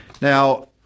Now